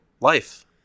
life